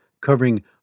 covering